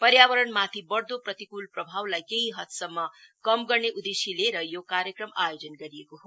पर्यावरणमाथि बढ़दो प्रतिकुल प्रभावलाई केही हदसम्म कम गर्ने उदेश्य लिएर यो कार्यक्रम आयोजिन गरिएको हो